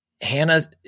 Hannah